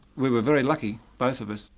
we were very lucky, both of us,